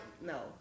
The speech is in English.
no